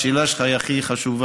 השאלה שלך היא הכי חשובה.